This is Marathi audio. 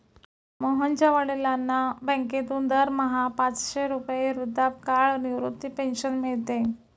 मोहनच्या वडिलांना बँकेतून दरमहा पाचशे रुपये वृद्धापकाळ निवृत्ती पेन्शन मिळते